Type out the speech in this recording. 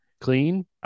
Clean